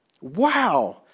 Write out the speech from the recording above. Wow